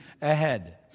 ahead